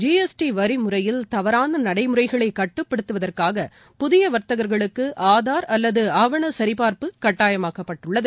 GST வரி முறையில் தவறான நடைமுறைகளை கட்டுப்படுத்துவதற்காக புதிய வர்த்தகர்களுக்கு ஆதார் அல்லது ஆவண சரிபார்ப்பு கட்டாயமாக்கப்பட்டுள்ளது